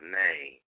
name